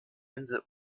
insel